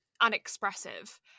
unexpressive